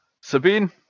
Sabine